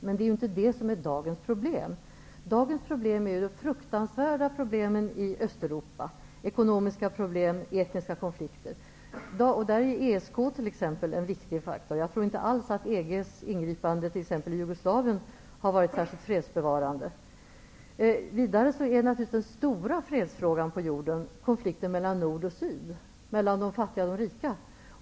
Men det är inte det som är dagens problem. I dag har vi de fruktansvärda problemen i Östeuropa, dvs. ekonomiska problem och etniska konflikter. Där är ESK en viktig faktor. Jag tror inte alls att EG:s ingripanden i Jugoslavien har varit särskilt fredsbevarande. Vidare är den stora fredsfrågan på jorden konflikten mellan nord och syd -- mellan de fattiga och de rika.